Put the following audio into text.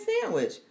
sandwich